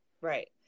Right